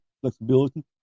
flexibility